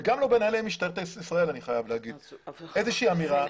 וגם לא בנהלי משטרת ישראל, איזושהי אמירה.